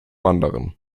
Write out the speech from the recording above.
anderen